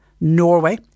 Norway